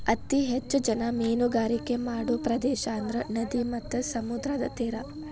ಅತೇ ಹೆಚ್ಚ ಜನಾ ಮೇನುಗಾರಿಕೆ ಮಾಡು ಪ್ರದೇಶಾ ಅಂದ್ರ ನದಿ ಮತ್ತ ಸಮುದ್ರದ ತೇರಾ